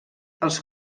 als